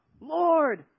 Lord